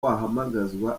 guhamagazwa